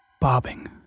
bobbing